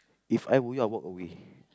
If I were you I walk away